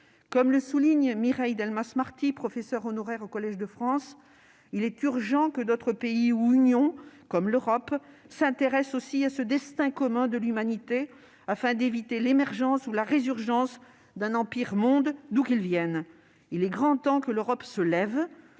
Comme le souligne Mireille Delmas-Marty, professeure honoraire au Collège de France :« Il est urgent que d'autres pays ou unions comme l'Europe s'intéressent aussi à ce destin commun de l'humanité afin d'éviter l'émergence ou la résurgence d'un Empire monde, d'où qu'il vienne. Il est grand temps que l'Europe se lève